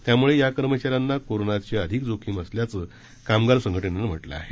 त्यामुळे या कर्मचाऱ्यांना कोरोनाची अधिक जोखीम असल्याचं कामगार संघटनेनं म्हटलं आहे